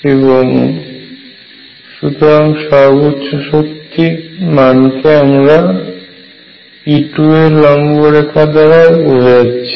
এবং সর্বোচ্চতম শক্তির মান কে আমরা E2 এর লম্বরেখা দিয়ে বোঝাচ্ছি